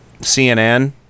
CNN